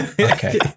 Okay